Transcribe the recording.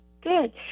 Good